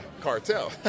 cartel